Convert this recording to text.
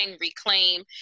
reclaim